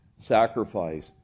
sacrifice